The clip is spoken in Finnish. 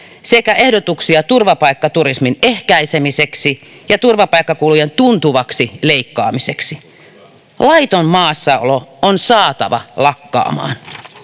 sekä ehdotuksia turvapaikkaturismin ehkäisemiseksi ja turvapaikkakulujen tuntuvaksi leikkaamiseksi laiton maassaolo on saatava lakkaamaan